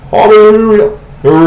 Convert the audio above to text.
Hallelujah